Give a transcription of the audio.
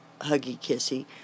huggy-kissy